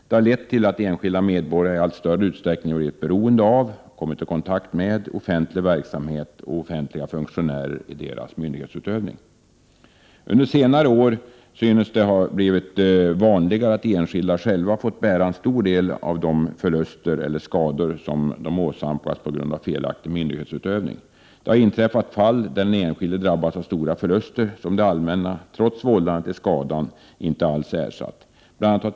Det har lett till att enskilda medborgare i allt större utsträckning har blivit beroende av, och kommit i kontakt med, offentlig verksamhet och offentliga funktionärer i deras myndighetsutövning. Under senare år synes det ha blivit vanligare att enskilda själva har fått bära en stor del av de förluster eller skador som de åsamkats på grund av felaktig myndighetsutövning. Det har inträffat fall där den enskilde drabbats av stora förluster som det allmänna — trots vållande till skadan — inte alls ersatt.